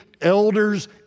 elders